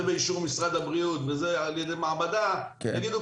באישור משרד הבריאות וזה על ידי מעבדה יגידו